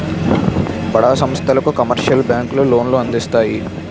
బడా సంస్థలకు కమర్షియల్ బ్యాంకులు లోన్లు అందిస్తాయి